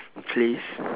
please